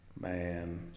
Man